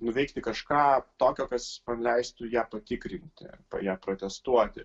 nuveikti kažką tokio kas man leistų ją patikrinti po ja protestuoti